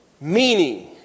meaning